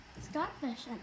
Starfish